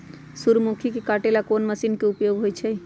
सूर्यमुखी के काटे ला कोंन मशीन के उपयोग होई छइ?